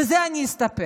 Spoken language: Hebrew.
בזה אני אסתפק.